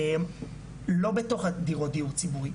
לא בתוך הדירות דירות ציבורי,